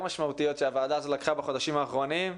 משמעותיות שהוועדה הזאת קיבלה בחודשים אחרונים.